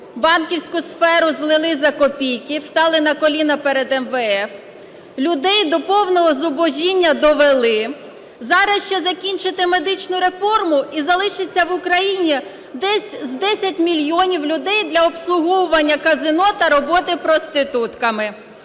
банківську сферу злили за копійки, встали на коліна перед МВФ, людей до повного зубожіння довели, зараз ще закінчите медичну реформу і залишиться в Україні десь 10 мільйонів людей для обслуговування казино та роботи проститутками.